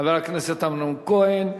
חבר הכנסת אמנון כהן.